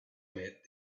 met